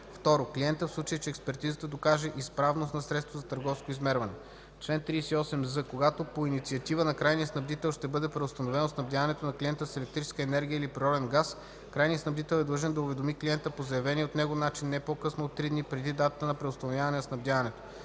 2. клиента, в случай че експертизата докаже изправност на средството за търговско измерване. Чл. 38з. Когато по инициатива на крайния снабдител ще бъде преустановено снабдяването на клиента с електрическа енергия или природен газ, крайният снабдител е длъжен да уведоми клиента, по заявен от него начин, не по-късно от три дни преди датата на преустановяване на снабдяването.